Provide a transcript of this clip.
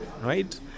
Right